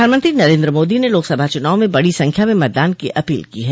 प्रधानमंत्री नरेन्द्र मोदी ने लोकसभा चुनाव में बड़ी संख्या में मतदान की अपील की है